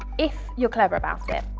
if you're clever about it.